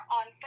on